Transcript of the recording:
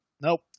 Nope